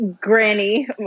granny